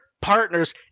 partners